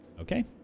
Okay